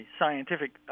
scientific